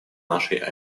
нашей